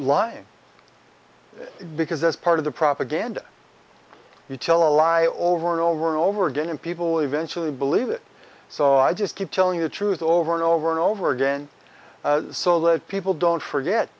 lying because that's part of the propaganda you tell a lie over and over and over again and people will eventually believe it so i just keep telling the truth over and over and over again so that people don't forget